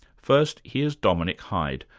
first, here's dominic hyde,